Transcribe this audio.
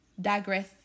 Digress